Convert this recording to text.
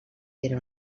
era